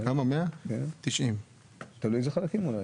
100. 90. אולי תלוי באיזה חלקים.